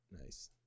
Nice